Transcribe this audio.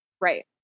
Right